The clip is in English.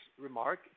remark